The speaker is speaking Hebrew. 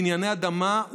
בענייני אדמה,